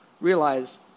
Realize